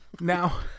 Now